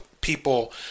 people